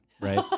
right